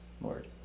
Lord